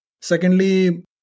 Secondly